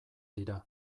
dira